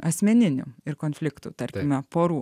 asmeninių ir konfliktų tarkime porų